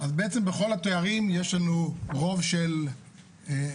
בעצם בכל התארים יש לנו רוב של נשים.